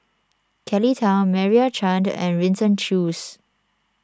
Kelly Tang Meira Chand and Winston Choos